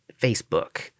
Facebook